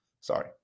Sorry